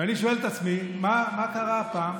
ואני שואל את עצמי מה קרה הפעם.